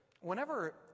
Whenever